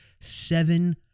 seven